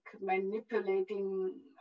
manipulating